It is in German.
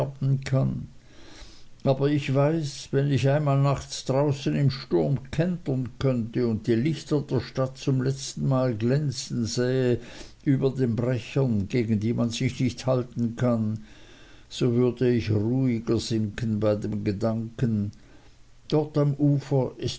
kann aber ich weiß wenn ich einmal nachts draußen im sturm kentern könnte und die lichter der stadt zum letztenmal glänzen sähe über den brechern gegen die man sich nicht halten kann so würde ich ruhiger sinken bei dem gedanken dort am ufer